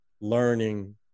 learning